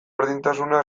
berdintasuna